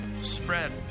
spread